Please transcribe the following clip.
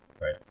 right